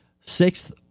sixth